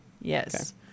yes